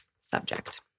subject